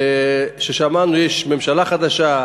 וכששמענו: יש ממשלה חדשה,